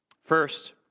First